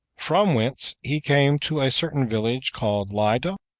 from whence he came to a certain village called lydda,